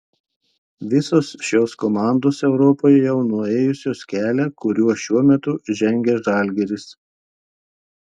visos šios komandos europoje jau nuėjusios kelią kuriuo šiuo metu žengia žalgiris